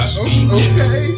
okay